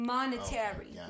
Monetary